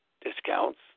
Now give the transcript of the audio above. discounts